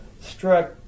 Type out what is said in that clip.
struck